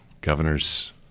Governors